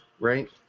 right